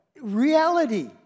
reality